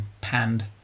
panned